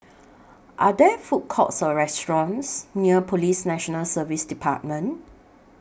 Are There Food Courts Or restaurants near Police National Service department